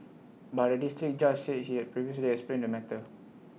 but the District Judge said he had previously explained the matter